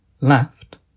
left